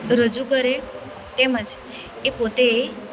રજૂ કરે તેમજ એ પોતે